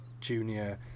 junior